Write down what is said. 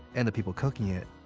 and the people cooking it,